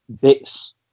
bits